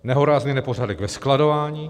Nehorázný nepořádek ve skladování!